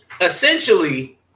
essentially